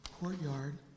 courtyard